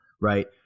right